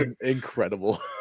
incredible